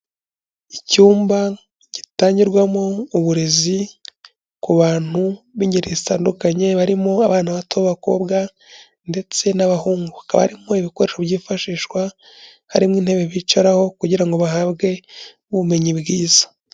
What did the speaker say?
Icyumba gitangirwamo uburezi ku bantu b'ingeri zitandukanye, barimo, abana bato b'abakobwa ndetse n'abahungu, hakaba harimo ibikoresho byifashishwa, harimo intebe bicaraho kugira ngo bahabwe ubumenyi bwiza.